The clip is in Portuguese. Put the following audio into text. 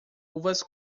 uvas